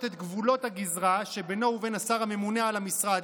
את גבולות הגזרה שבינו ובין השר הממונה על המשרד,